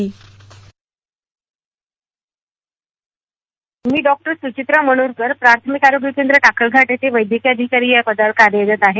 bite मी डॉ सुचित्रा मनुरकर प्राथमिक आरोग्य केंद्र टाकळघाट इथं वैद्यकीय अधिकारी या पदावर कार्यरत आहे